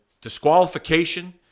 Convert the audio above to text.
disqualification